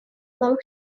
новых